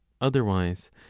otherwise